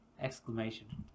exclamation